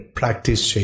practice